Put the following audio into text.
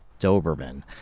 Doberman